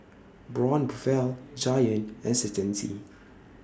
Braun Buffel Giant and Certainty